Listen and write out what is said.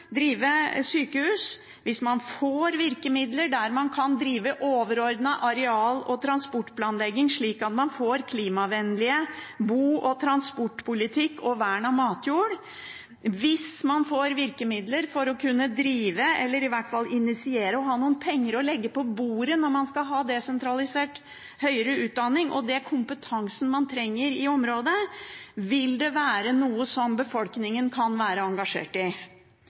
drive sykehus, hvis man får virkemidler der man kan drive overordnet areal- og transportplanlegging slik at man får klimavennlig bo- og transportpolitikk og vern av matjord, og hvis man får virkemidler og har noen penger å legge på bordet for å kunne drive eller i hvert fall initiere desentralisert høyere utdanning og den kompetansen man trenger i området, vil det være noe som befolkningen kan være engasjert i.